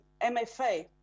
mfa